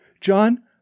John